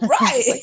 Right